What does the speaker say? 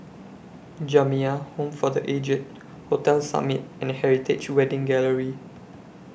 Jamiyah Home For The Aged Hotel Summit and Heritage Wedding Gallery